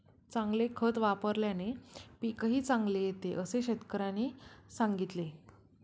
चांगले खत वापल्याने पीकही चांगले येते असे शेतकऱ्याने सांगितले